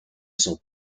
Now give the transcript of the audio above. sont